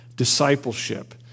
discipleship